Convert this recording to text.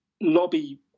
lobby